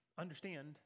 understand